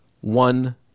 one